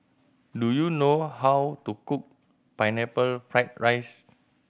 do you know how to cook Pineapple Fried rice